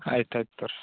ಆಯ್ತು ಆಯ್ತು ತೋರಿ